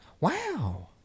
Wow